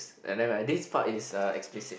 and then right this part is uh explicit